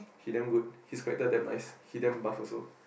he damn good he's character damn nice he damn buff also